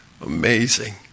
amazing